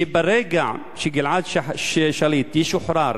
שברגע שגלעד שליט ישוחרר